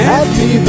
Happy